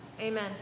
Amen